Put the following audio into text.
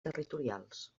territorials